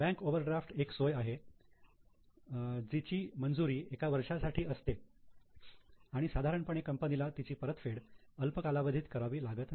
bank overdraft एक सोय आहे जीची मंजुरी एका वर्षासाठी असते आणि साधारणपणे कंपनीला तिची परतफेड अल्प कालावधीत करावी लागत नाही